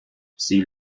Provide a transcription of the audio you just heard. sie